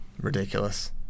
Ridiculous